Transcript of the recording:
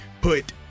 put